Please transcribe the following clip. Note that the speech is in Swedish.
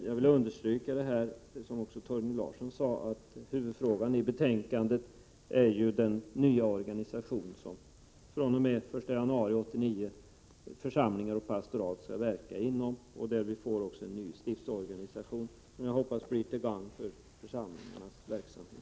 Jag vill understryka att huvudfrågan ju är, som också Torgny Larsson sade, den nya organisation som fr.o.m. den 1 januari 1989 församlingar och pastorat skall verka inom. Vi får också en ny stiftsorganisation, som jag hoppas blir till gagn för församlingarnas verksamhet.